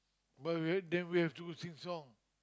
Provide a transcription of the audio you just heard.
but we have then we have to sing song